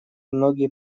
многие